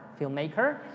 filmmaker